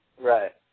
Right